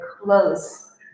close